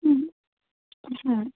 হুম হ্যাঁ